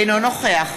אינו נוכח